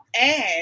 add